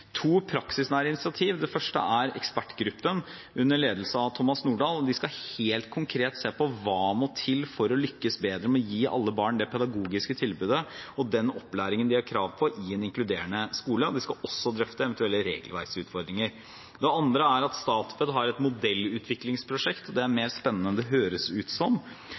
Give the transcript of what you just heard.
To praksisnære initiativ: Det første er ekspertgruppen, under ledelse av Thomas Nordahl. De skal helt konkret se på hva som må til for å lykkes bedre med å gi alle barn det pedagogiske tilbudet og den opplæringen de har krav på i en inkluderende skole, og de skal også drøfte eventuelle regelverksutfordringer. Det andre er at Statped har et modellutviklingsprosjekt – det er mer spennende enn det høres ut som